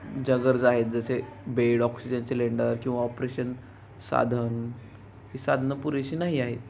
ज्या गरजा आहेत जसे बेड ऑक्सिजन सिलेंडर किंवा ऑपरेशन साधन ही साधनं पुरेशी नाही आहेत